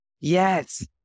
Yes